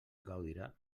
gaudirà